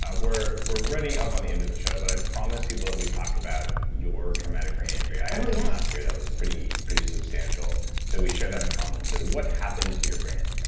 ah we're we're running up on the end of the show, but i promised people that we'd talk about your traumatic brain injury oh yeah year that was pretty pretty substantial, so we share that in common. so what happened to your brain?